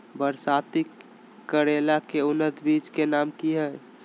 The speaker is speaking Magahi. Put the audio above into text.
बरसाती करेला के उन्नत बिज के नाम की हैय?